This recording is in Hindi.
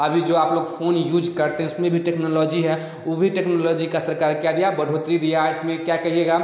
अभी जो आप लोग फोन यूज करते हैं उसमें भी टेक्नोलॉजी है वो भी टेक्नोलॉजी का सरकार क्या दिया बढ़ोतरी दिया है इसमें क्या कहिएगा